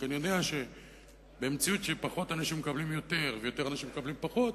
כי אני יודע שבמציאות פחות אנשים מקבלים יותר ויותר אנשים מקבלים פחות,